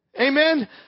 Amen